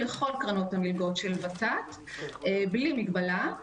לגשת לכל קרנות המלגות של ות"ת בלי מגבלה.